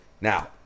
Now